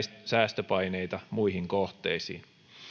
säästöpaineita muihin kohteisiin